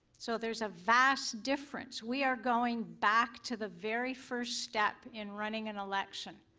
so there is a vast difference. we are going back to the very first step in running an election.